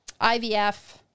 IVF